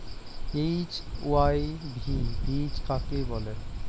HYV বীজ কাকে বলে?